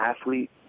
athlete